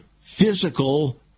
physical